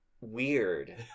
weird